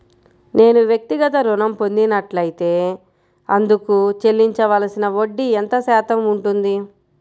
నేను వ్యక్తిగత ఋణం పొందినట్లైతే అందుకు చెల్లించవలసిన వడ్డీ ఎంత శాతం ఉంటుంది?